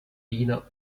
wiener